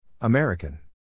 American